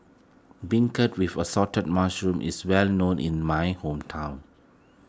Beancurd with Assorted Mushrooms is well known in my hometown